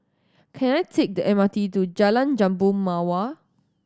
can I take the M R T to Jalan Jambu Mawar